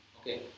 Okay